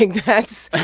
like that's.